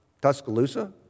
Tuscaloosa